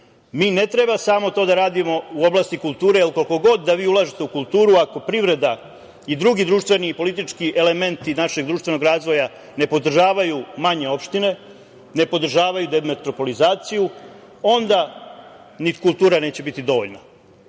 mi ne treba samo to da radimo u oblasti kulture, jer koliko god da vi ulažete u kulturu, ako privreda i drugi društveni i politički elementi našeg društvenog razvoja ne podržavaju manje opštine, ne podržavaju demetropolizaciju, onda ni kultura neće biti dovoljna. Zato